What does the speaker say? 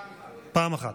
כן, כן, פעם אחת.